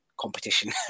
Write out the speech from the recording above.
competition